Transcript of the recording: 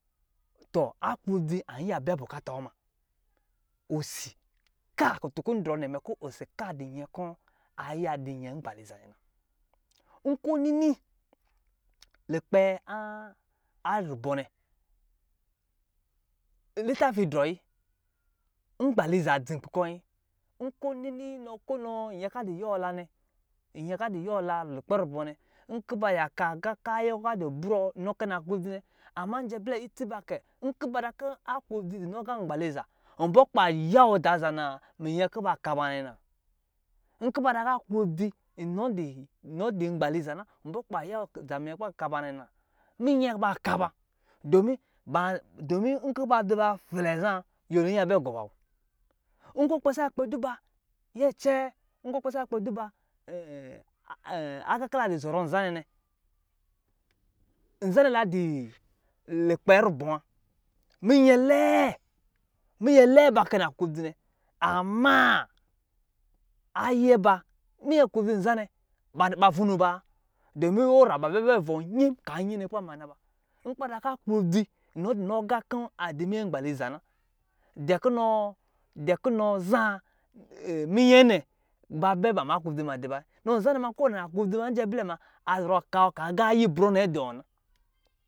Tɔ aklodz an iya biya bukata wɔ ma. Osi ka, kutum n drɔ nɛ, mɛ kɔ̄ osi ka dɔ nyɛ kɔ̄ a iya di nyɛ ngbaliiza nɛ bɔ. Nkɔ̄ nini lukpɛ aa a rubɔ nɛ, litafi dvɔɔyi, ngbaliiza dzi nkpi kɛ. Nkɔ̄ nini nɔ kɔ nɔ nyɛ ka di yuwɔ la nɛ, nyɛ ka di yuwɔ la lukpɛ rubɔ nɛ, nkɔ̄ ba yaka aga ka ayɛ kɔ̄ di brɔɔ inɔ kɛ naklodzi nɛ, amma njɛblɛ itsi ba kɛ, nkɔ̄ ba ta kɔ̄ aklodzi di nɔ agɔ̄ nbaliiza, nbɔ kɔ̄ ba ya wɔ daa zanaa minye kuba ka ba nɛ na. Nkɔ̄ ba ta ka aklodzi inɔ̄ di inɔ dii ngbaliiza, nbɔ kɔ ba yawɔ zan minye kɔ̄ ba ka ba nɛ na. Minyɛ ba ka ba, dɔmin ban domin nkɔ̄ ba dzi flɛɛ zan nyɛlo iya bɛ gɔ ba bɔ. Nkɔ̄ kpɛ duba, nyɛ cɛɛ, nkɔ̄, kpɛ agā ki la di zɔrɔ nzanɛ nɛ, nzanɛ la dii lukpɛ rubɔ wa, minyɛ lɛɛ, minyɛ lɛɛ ba kɛ naklodzi nɛ, amma, ayɛ ba, minyɛɛ klodzi nzanɛ, baba vunoo ba wa, dɔmin ɔ ra ba bɛ bɛ vɔn yem kaa inye kɔ̄ ba maa naba. Nkɔ̄ ba ta ka aklodzi nɔ dɔ nɔ agā kɔ̄ a di minyɛ nbaliza, dɛ kunɔɔ, dɛ kunɔɔ zan minyɛ nɛ ba bɛ ban maa aklodzi di ba, nɔ nzanɛ nkɔ̄ wɔ di naklodzi ma njɛblɛ ma a zɔrɔ kawɔ kaa agaa ijibrɔ nɛ dɔɔ na.